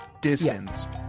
Distance